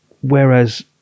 whereas